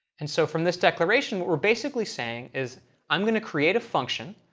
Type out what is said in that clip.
and so from this declaration, what we're basically saying is i'm going to create a function.